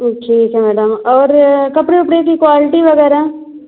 ठीक है मैडम और कपड़े उपड़े की क्वालिटी वगैरह